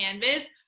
canvas